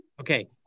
Okay